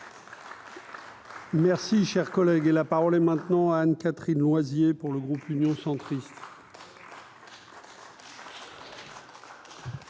Merci, cher collègue, et la parole est maintenant à Anne-Catherine Loisier pour le groupe Union centriste.